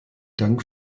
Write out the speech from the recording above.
dank